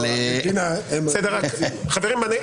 חברים,